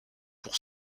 pour